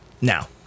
Now